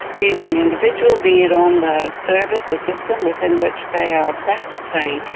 be it on the individual, be it on the service, the system within which they are practising.